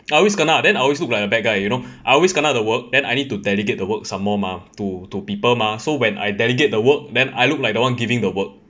I always kena then I always look like a bad guy you know I always kena the work then I need to delegate the work somemore mah to to people mah so when I delegate the work then I look like the one giving the work